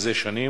מזה שנים,